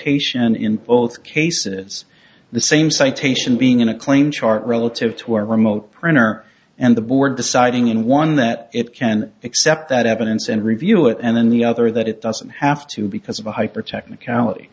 citation in both cases the same citation being in a claim chart relative to a remote printer and the board deciding in one that it can accept that evidence and review it and then the other that it doesn't have to because of a hyper technicality